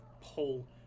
pull